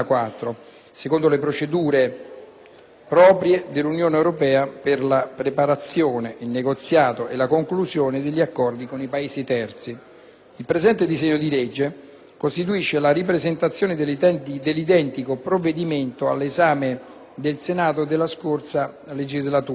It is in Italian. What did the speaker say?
Il presente disegno di legge costituisce la ripresentazione dell'identico provvedimento all'esame del Senato nella scorsa legislatura, Atto Senato n. 1778, che non ha potuto terminare il proprio *iter* a causa dell'anticipato scioglimento delle Camere.